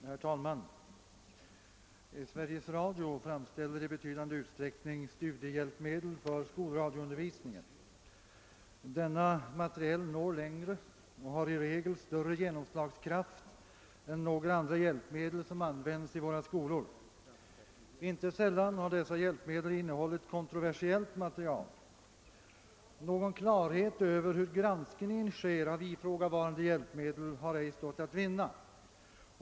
Herr talman! Sveriges Radio framställer i betydande utsträckning studiehjälpmedel för skolradioundervisning en. Denna materiel når längre och har i regel större genomslagskraft än några andra hjälpmedel som användes i våra skolor. Inte sällan har dessa hjälpmedel innehållit kontroversiellt material. Någon klarhet i fråga om hur granskningen sker av ifrågavarande hjälpmedel har ej stått att vinna.